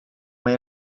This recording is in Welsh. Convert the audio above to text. mae